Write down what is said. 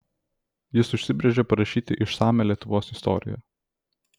jis užsibrėžė parašyti išsamią lietuvos istoriją